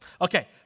Okay